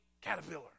caterpillar